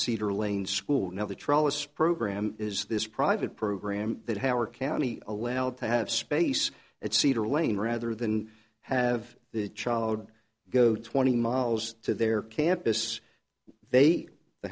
cedar lane school now the trellis program is this private program that howard county allowed to have space at cedar lane rather than have the child go twenty miles to their campus they